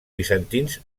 bizantins